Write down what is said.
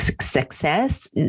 success